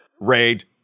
raid